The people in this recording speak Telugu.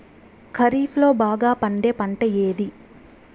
ఖరీఫ్ లో బాగా పండే పంట ఏది?